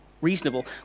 reasonable